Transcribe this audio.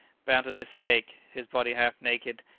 bound to this stake, his body half naked,